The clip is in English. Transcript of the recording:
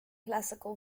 classical